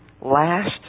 last